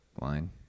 line